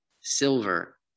silver